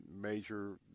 major